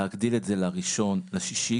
להגדיל את זה ל-1 ביוני,